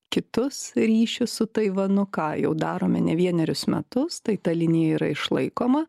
kitus ryšius su taivanu ką jau darome ne vienerius metus tai ta linija yra išlaikoma